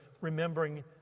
remembering